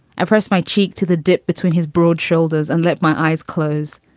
i press my cheek to the dip between his broad shoulders and let my eyes close.